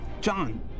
John